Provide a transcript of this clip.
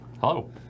Hello